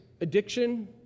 addiction